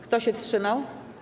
Kto się wstrzymał?